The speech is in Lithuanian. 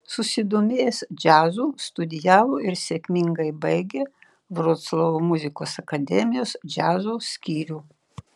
susidomėjęs džiazu studijavo ir sėkmingai baigė vroclavo muzikos akademijos džiazo skyrių